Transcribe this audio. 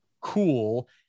cool